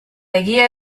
egia